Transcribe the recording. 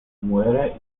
muere